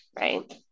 right